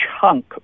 chunk